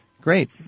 Great